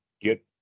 get